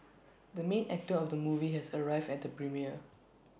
the main actor of the movie has arrived at the premiere